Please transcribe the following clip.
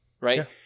Right